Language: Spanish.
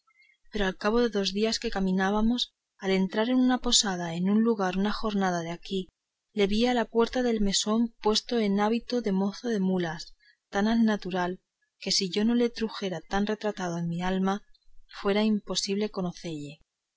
pero a cabo de dos días que caminábamos al entrar de una posada en un lugar una jornada de aquí le vi a la puerta del mesón puesto en hábito de mozo de mulas tan al natural que si yo no le trujera tan retratado en mi alma fuera imposible conocelle